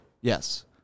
Yes